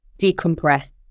decompress